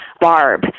barb